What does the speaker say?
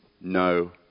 no